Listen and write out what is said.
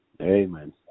Amen